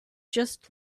just